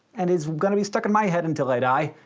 and is gonna be stuck in my head until i die,